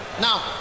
now